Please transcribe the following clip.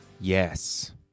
Yes